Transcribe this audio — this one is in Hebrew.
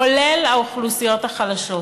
כולל האוכלוסיות החלשות.